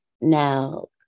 Now